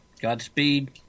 Godspeed